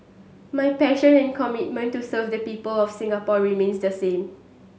my passion and commitment to serve the people of Singapore remains the same